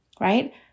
right